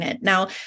Now